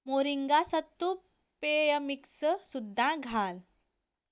moringa सत्व पेय mix सुद्दां घाल